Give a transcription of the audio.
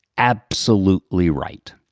absolutely right.